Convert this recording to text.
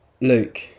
Luke